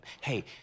Hey